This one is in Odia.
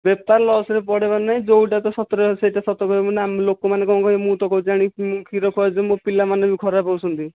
ବେପାର ଲସ୍ରେ ପଡ଼ିବାର ନାହିଁ ଯେଉଁଟା ତ ସତରେ ଅଛି ସେଟା ସତ କହିବି ନା ଲୋକମାନେ କଣ କହିବେ ମୁଁ ତ କହୁଛି ଜାଣି ମୁଁ କ୍ଷୀର ଖୁଆଉଛି ମୋ ପିଲାମାନେ ବି ଖରାପ ହେଉଛନ୍ତି